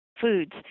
foods